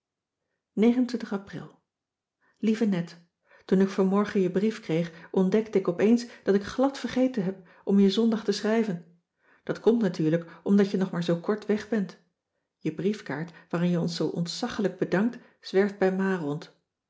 april lieve net toen ik vanmorgen je brief kreeg ontdekte ik op eens dat ik glad vergeten heb om je zondag te schrijven dat komt natuurlijk omdat je nog maar zoo kort weg bent je briefkaart waarin je ons zoo ontzaggelijk bedankt zwerft bij ma rond